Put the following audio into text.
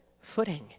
footing